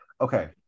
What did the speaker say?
Okay